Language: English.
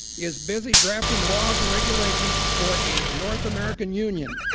is busy drafting laws and regulations for a north american union,